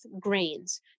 grains